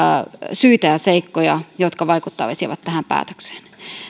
syitä ja seikkoja jotka vaikuttaisivat tähän päätökseen